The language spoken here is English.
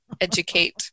educate